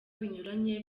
binyuranye